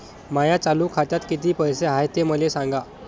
माया चालू खात्यात किती पैसे हाय ते मले सांगा